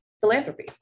philanthropy